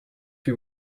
you